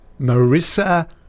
Marissa